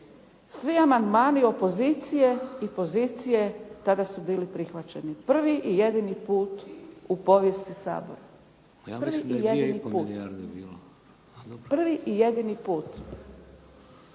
Svi amandmani opozicije i pozicije tada su bili prihvaćeni prvi i jedini put u povijesti Sabor. **Šeks, Vladimir